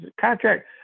Contract